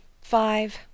five